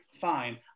Fine